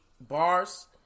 bars